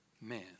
man